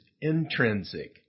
intrinsic